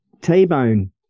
T-bone